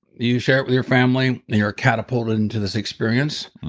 you share it with your family, you're catapult into this experience.